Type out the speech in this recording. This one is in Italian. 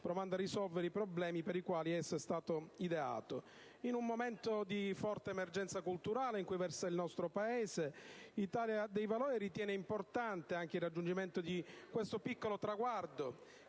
provando a risolvere i problemi per i quali esso è stato ideato. In un momento di forte emergenza culturale del nostro Paese, l'Italia dei Valori ritiene importante anche il raggiungimento di questo piccolo traguardo